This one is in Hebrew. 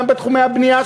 גם בתחומי הבנייה,